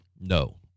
no